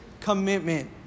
commitment